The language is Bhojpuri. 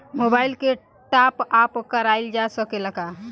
मोबाइल के टाप आप कराइल जा सकेला का?